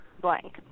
blank